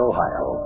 Ohio